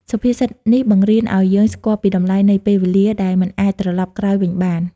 សុភាសិតនេះបង្រៀនឱ្យយើងស្គាល់ពីតម្លៃនៃពេលវេលា ដែលមិនអាចត្រលប់ក្រោយវិញបាន។